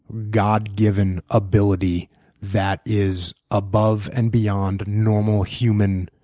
god given ability that is above and beyond normal human,